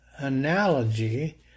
analogy